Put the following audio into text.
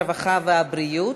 הרווחה והבריאות,